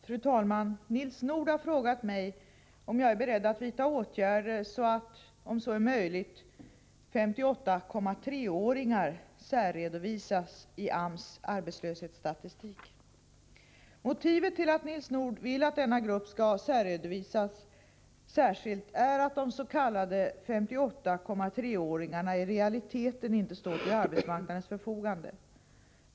Fru talman! Nils Nordh har frågat mig om jag är beredd att vidta åtgärder så att, om så är möjligt, ”58,3-åringar” särredovisas i AMS arbetslöshetsstatistik. Motivet till att Nils Nordh vill att denna grupp skall redovisas särskilt är att des.k. 58,3-åringarna i realiteten inte står till arbetsmarknadens förfogande.